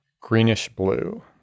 Greenish-blue